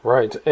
Right